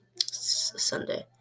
Sunday